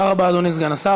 תודה רבה, אדוני סגן השר.